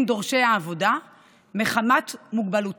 עובדיו או בין דורשי העבודה מחמת מוגבלותם,